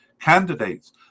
candidates